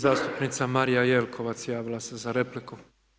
Zastupnica Marija Jelkovac javila se za repliku.